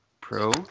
pro